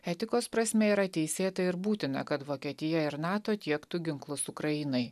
etikos prasme yra teisėta ir būtina kad vokietija ir nato tiektų ginklus ukrainai